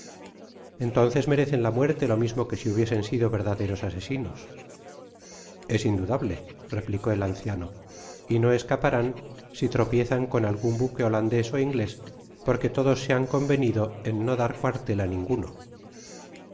entonces merecen la muerte lo mismo que si hubiesen sido verdaderos asesinos es indudable replicó el anciano y no escaparán si tropiezan con algun buque holandés ó inglés porque todos se han convenido en no dar cuartel á ninguno